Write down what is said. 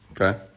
Okay